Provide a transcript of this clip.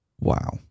Wow